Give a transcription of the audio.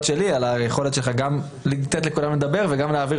שלי על היכולת שלך גם לתת לכולם לדבר וגם להעביר